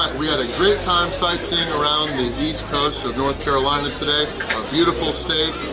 we had a great time sightseeing around the east coast of north carolina today a beautiful state,